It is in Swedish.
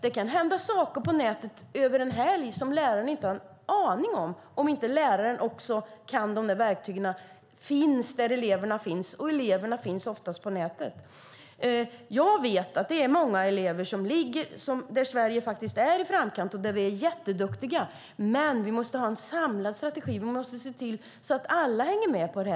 Det kan hända saker på nätet över en helg som läraren inte har en aning om, om inte läraren också kan verktygen och finns där eleverna finns. Eleverna finns oftast på nätet. Jag vet att Sverige ligger i framkant och att eleverna är duktiga, men vi måste ha en samlad strategi. Vi måste se till så att alla hänger med.